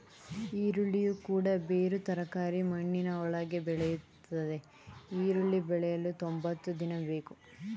ಈರುಳ್ಳಿಯು ಕೂಡ ಬೇರು ತರಕಾರಿ ಮಣ್ಣಿನ ಒಳಗೆ ಬೆಳೆಯುತ್ತದೆ ಈರುಳ್ಳಿ ಬೆಳೆಯಲು ತೊಂಬತ್ತು ದಿನ ಬೇಕು